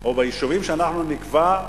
או ביישובים שאנחנו נקבע,